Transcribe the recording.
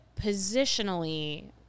positionally